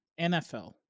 NFL